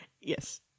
Yes